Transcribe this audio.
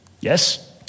Yes